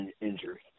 injury